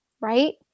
right